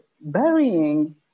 burying